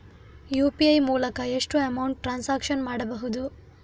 UPI ಮೂಲಕ ಎಷ್ಟು amount transaction ಮಾಡಬಹುದು?